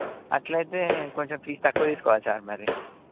అట్లయితే కొంచెం ఫీజ్ తక్కువ తీసుకోవాలి సార్ మరి